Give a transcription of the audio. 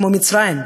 כמו מצרים.